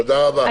תודה רבה.